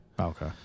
okay